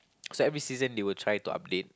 so every season they will try to update